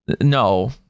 No